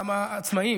גם העצמאים,